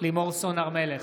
לימור סון הר מלך,